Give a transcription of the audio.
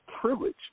privilege